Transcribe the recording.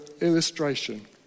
illustration